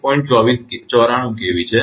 94 kV છે